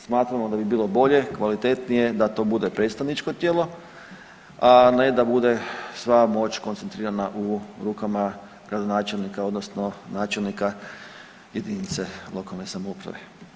Smatramo da bi bilo bolje, kvalitetnije da to bude predstavničko tijelo, ne da bude sva moć koncentrirana u rukama gradonačelnika, odnosno načelnika jedinice lokalne samouprave.